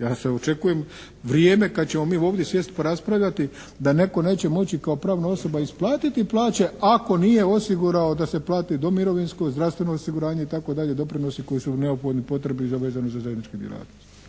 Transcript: Ja sve očekujem vrijeme kad ćemo mi ovdje sjesti pa raspravljati da netko neće moći kao pravna osoba isplatiti plaće ako nije osigurao da se plati do mirovinsko, zdravstveno osiguranje itd. doprinosi koji su neophodni, potrebni vezano za zajedničke djelatnosti.